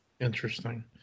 interesting